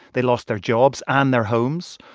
they lost their jobs and their homes.